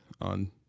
on